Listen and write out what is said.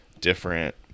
different